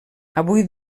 avui